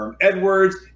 Edwards